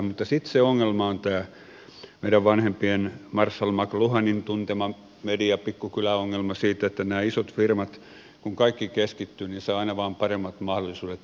mutta sitten se ongelma on tämä meidän vanhempien tuntema marshall mcluhanin mediapikkukyläongelma siitä että kun kaikki keskittyy nämä isot firmat saavat aina vain paremmat mahdollisuudet rahastaa kaikella